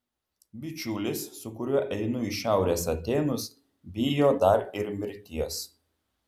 bičiulis su kuriuo einu į šiaurės atėnus bijo dar ir mirties